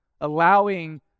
allowing